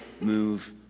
move